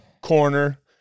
corner